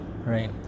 right